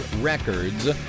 records